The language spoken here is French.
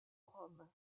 rome